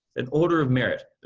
an order of merit.